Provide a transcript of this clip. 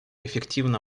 эффективно